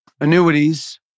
annuities